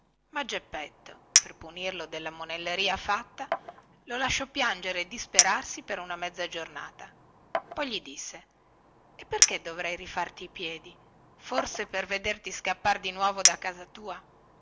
ma geppetto per punirlo della monelleria fatta lo lasciò piangere e disperarsi per una mezza giornata poi gli disse e perché dovrei rifarti i piedi forse per vederti scappar di nuovo da casa tua